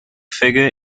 figure